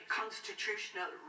constitutional